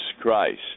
Christ